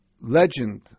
legend